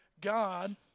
God